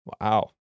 Wow